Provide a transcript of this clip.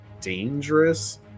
dangerous